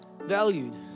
valued